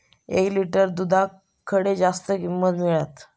एक लिटर दूधाक खडे जास्त किंमत मिळात?